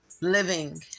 living